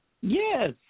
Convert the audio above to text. Yes